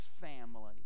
family